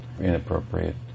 inappropriate